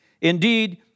Indeed